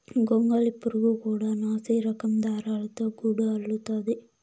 గొంగళి పురుగు కూడా నాసిరకం దారాలతో గూడు అల్లుతాది